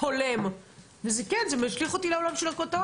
הולם וכל עוד